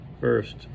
First